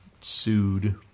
sued